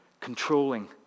controlling